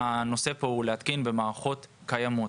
בו הוא התקנה במערכות קיימות.